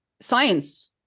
science